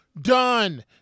Done